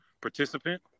participant